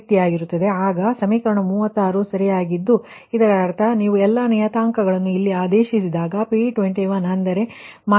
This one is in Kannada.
ಆದ್ದರಿಂದ ಇದರರ್ಥ ನೀವು ಎಲ್ಲಾ ನಿಯತಾಂಕಗಳನ್ನು ಇಲ್ಲಿ ಹಾಕಿದಾಗ P21 ಅಂದರೆ ಮೈನಸ್ 1